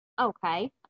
okay